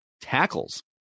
tackles